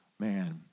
Man